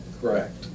Correct